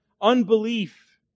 unbelief